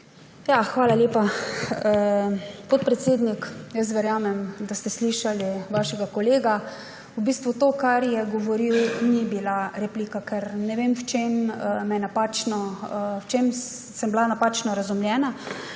Hvala lepa, podpredsednik. Jaz verjamem, da ste slišali vašega kolega. V bistvu to, kar je govoril, ni bila replika, ker ne vem, v čem sem bila napačno razumljena,